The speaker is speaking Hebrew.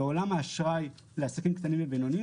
בעולם האשראי לעסקים קטנים ובינוניים